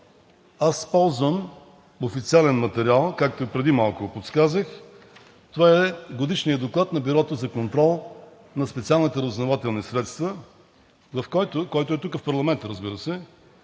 аз ползвам официален материал, както и преди малко подсказах. Това е Годишният доклад на Бюрото за контрол на специалните разузнавателни средства, който е тук в парламента, разбира се,